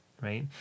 right